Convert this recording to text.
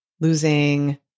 losing